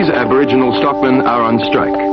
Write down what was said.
aboriginal stockman are on strike.